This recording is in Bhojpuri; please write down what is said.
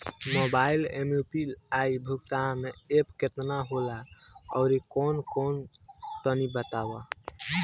मोबाइल म यू.पी.आई भुगतान एप केतना होला आउरकौन कौन तनि बतावा?